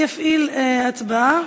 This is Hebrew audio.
אני אפעיל את ההצבעה.